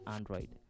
Android